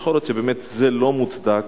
שיכול להיות שבאמת זה לא מוצדק.